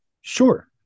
sure